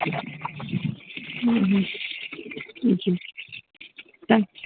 हूं हूं अच्छा त